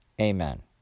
Amen